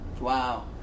Wow